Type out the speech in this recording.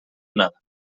donada